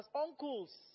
uncles